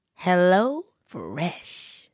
HelloFresh